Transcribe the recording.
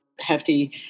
hefty